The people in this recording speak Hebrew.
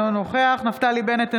אינו נוכח נפתלי בנט,